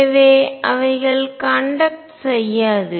எனவே அவைகள் கண்டக்ட் செய்யாது